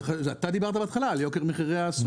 זה אתה דיברת בהתחלה על יוקר מחירי הסופר,